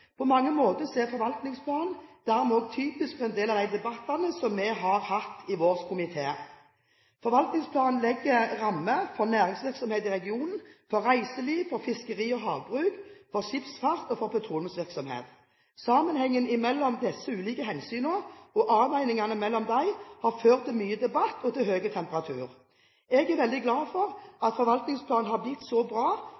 På mange måter er forvaltningsplanen dermed også typisk for en del av de debattene som vi har hatt i vår komité. Forvaltningsplanen legger rammene for næringsvirksomhet i regionen – for reiseliv, for fiskeri og havbruk, for skipsfart og for petroleumsvirksomhet. Sammenhengen mellom disse ulike hensynene og avveiningene mellom dem har ført til mye debatt og høy temperatur. Jeg er veldig glad for